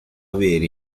avere